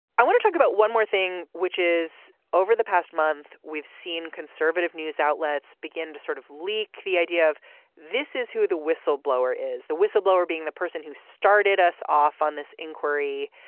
i want to talk about one more thing which is over the past month we've seen conservative news outlets begin to sort of leak the idea of this is who the whistleblower is the whistleblower being the person who started us off on this inquiry.